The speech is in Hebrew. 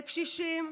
לקשישים,